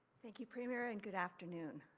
thank you, premier and good afternoon.